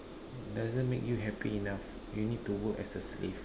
doesn't make you happy enough you need to work as a slave